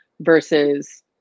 versus